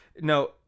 No